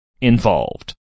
involved